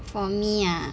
for me ah